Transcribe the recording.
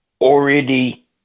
already